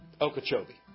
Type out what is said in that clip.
Okeechobee